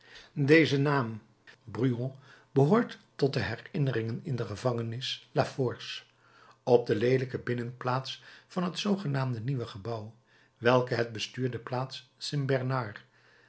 deze naam brujon behoort tot de herinneringen in de gevangenis la force op de leelijke binnenplaats van het zoogenaamde nieuwe gebouw welke het bestuur de plaats st bernard